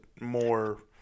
more